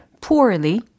Poorly